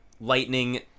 Lightning